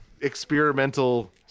experimental